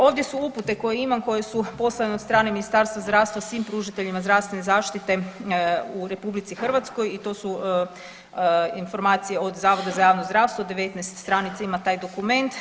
Ovdje su upute koje imam koje su poslane od strane Ministarstva zdravstva svim pružateljima zdravstvene zaštite u RH i to su informacije od Zavoda za javno zdravstvo, 19 stranica ima taj dokument.